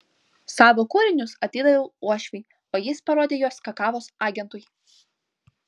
savo kūrinius atidaviau uošviui o jis parodė juos kakavos agentui